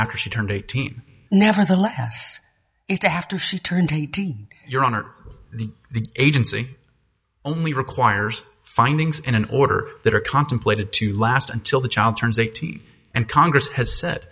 after she turned eighteen nevertheless if the after she turned eighteen your honor the the agency only requires findings in an order that are contemplated to last until the child turns eighteen and congress has